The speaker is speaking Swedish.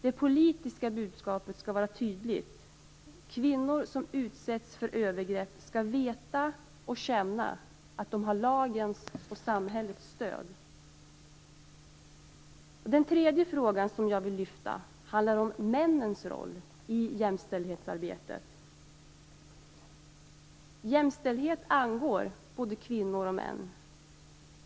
Det politiska budskapet skall vara tydligt: Kvinnor som utsätts för övergrepp skall veta och känna att de har lagens och samhällets stöd. Den tredje frågan som jag vill lyfta fram handlar om männens roll i jämställdhetsarbetet. Jämställdhet angår både kvinnor och män.